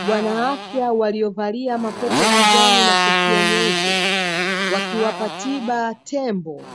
Bwana afya waliovalia makoti ya kijani na kofia nyeupe, wakiwapa tiba tembo